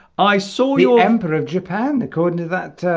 i saw your emperor of japan according to that